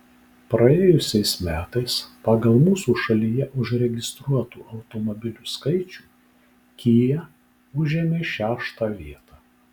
praėjusiais metais pagal mūsų šalyje užregistruotų automobilių skaičių kia užėmė šeštą vietą